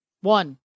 One